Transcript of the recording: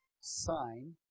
sign